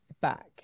back